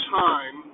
time